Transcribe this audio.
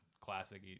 classic